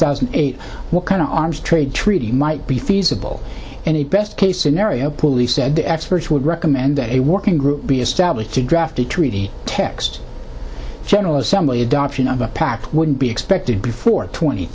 thousand and eight what kind of arms trade treaty might be feasible in a best case scenario police said the experts would recommend a working group be established to draft a treaty text general assembly adoption of a pact wouldn't be expected before twenty